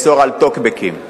אנחנו